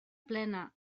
plena